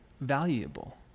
valuable